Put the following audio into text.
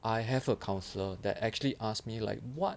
I have a counsellor that actually ask me like what